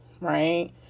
right